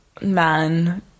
man